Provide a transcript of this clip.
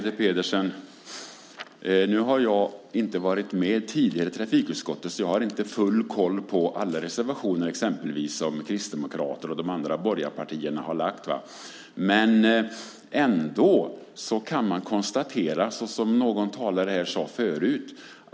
Fru talman! Jag har inte varit med tidigare i trafikutskottet, Peter Pedersen, så jag har inte full koll på alla reservationer, exempelvis, som Kristdemokraterna och de andra borgerliga partierna har lagt fram. Men man kan ändå konstatera det som någon talare här sade förut.